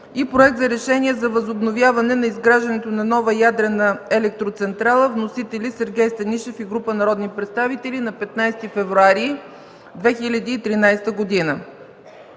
и Проект за решение за възобновяване на изграждането на нова ядрена електроцентрала, внесен от Сергей Станишев и група народни представители на 15 февруари 2013 г.